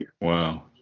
wow